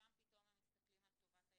שם פתאום הם מסתכלים על טובת הילד?